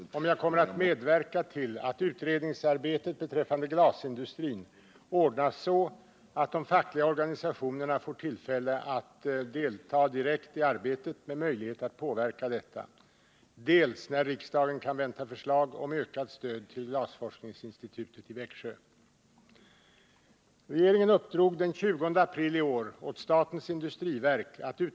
Herr talman! Bengt Fagerlund har frågat mig dels om jag kommer att medverka till att utredningsarbetet beträffande glasindustrin ordnas så, att de fackliga organisationerna får tillfälle att direkt delta i arbetet med möjlighet att påverka detta, dels när riksdagen kan vänta förslag om ökat stöd till Glasforskningsinstitutet i Växjö.